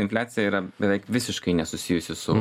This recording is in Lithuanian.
infliacija yra beveik visiškai nesusijusi su